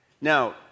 Now